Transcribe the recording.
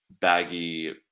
baggy